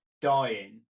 dying